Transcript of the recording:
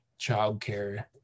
childcare